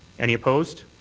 any opposed?